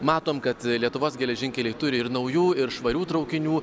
matom kad lietuvos geležinkeliai turi ir naujų ir švarių traukinių